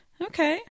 Okay